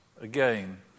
again